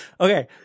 Okay